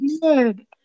good